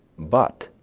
but,